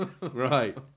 right